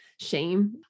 shame